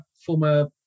former